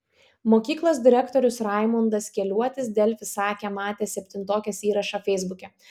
mokyklos direktorius raimundas keliuotis delfi sakė matęs septintokės įrašą feisbuke